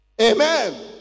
Amen